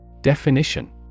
Definition